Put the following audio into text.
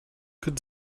could